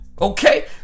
Okay